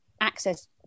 access